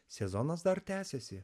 sezonas dar tęsiasi